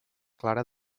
clara